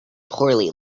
poorly